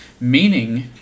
Meaning